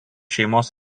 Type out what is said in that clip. šeimos